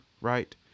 right